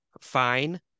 fine